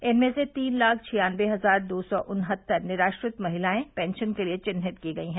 इनमें से तीन लाख छियानये हजार दो सौ उन्हतर निराश्रित महिलायें पेंशन के लिए चिन्हित की गई है